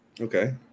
Okay